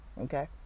okay